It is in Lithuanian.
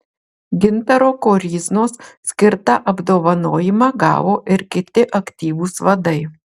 gintaro koryznos skirtą apdovanojimą gavo ir kiti aktyvūs vadai